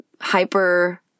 hyper